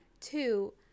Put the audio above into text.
Two